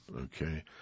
okay